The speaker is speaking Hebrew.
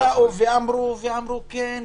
אמרו כן,